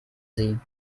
sie